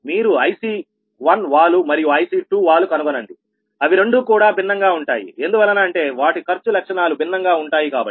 మీరు IC1వాలు మరియు IC2వాలు కనుగొనండి అవి రెండూ కూడా భిన్నంగా ఉంటాయి ఎందువలన అంటే వాటి ఖర్చు లక్షణాలు భిన్నంగా ఉంటాయి కాబట్టి